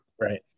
right